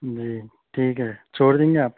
جی ٹھیک ہے چھوڑ دیں گے آپ کو